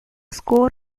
score